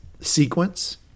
sequence